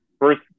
first